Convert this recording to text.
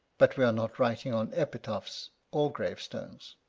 but we are not writing on epitaphs or gravestones.